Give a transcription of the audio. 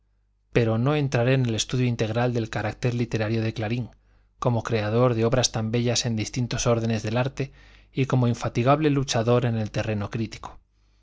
pero no entraré en el estudio integral del carácter literario de clarín como creador de obras tan bellas en distintos órdenes del arte y como infatigable luchador en el terreno crítico